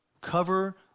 cover